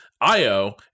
Io